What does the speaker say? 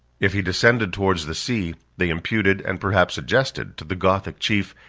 if he descended towards the sea, they imputed, and perhaps suggested, to the gothic chief,